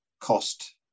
cost